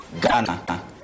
Ghana